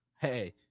hey